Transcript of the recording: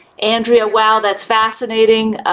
andrea, wow, that's fascinating.